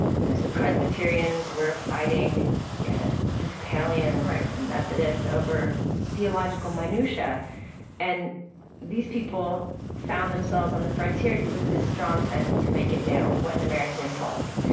you know, some presbyterians were fighting yeah episcopalians and methodists over theological minutia right and these people found themselves on the frontier with this strong sense to make it new. what an american impulse.